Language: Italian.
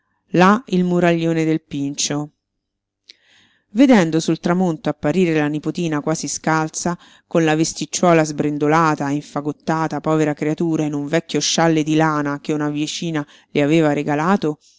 là il muraglione del pincio vedendo sul tramonto apparire la nipotina quasi scalza con la vesticciuola sbrendolata e infagottata povera creatura in un vecchio scialle di lana che una vicina le aveva regalato